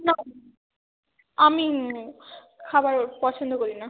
না আমি মানে খাবার পছন্দ করি না